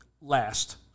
last